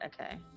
Okay